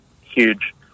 huge